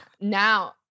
Now